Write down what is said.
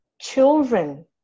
children